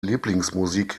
lieblingsmusik